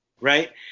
right